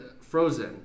Frozen